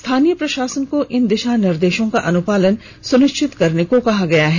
स्थानीय प्रशासन को इन दिशा निर्देशों का अनुपालन सुनिश्चित कराने को कहा गया है